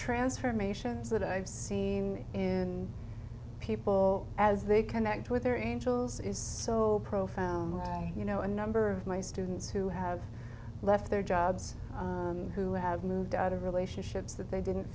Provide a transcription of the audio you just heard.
transformations that i've seen in people as they connect with their angels is so profound you know a number of my students who have left their jobs who have moved out of relationships that they didn't